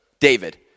David